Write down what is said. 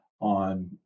on